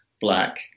black